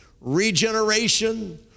regeneration